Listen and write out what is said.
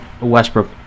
Westbrook